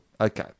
okay